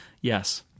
yes